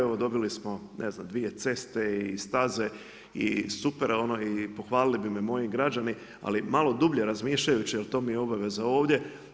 Evo dobili smo ne znam dvije ceste i staze i super ono i pohvalili bi me moji građani, ali malo dublje razmišljajući jer to mi je obaveza ovdje.